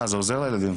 אתה יודע מה